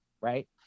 right